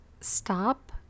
Stop